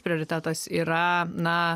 prioritetas yra na